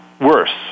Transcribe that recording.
worse